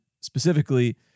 specifically